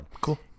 Cool